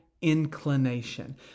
inclination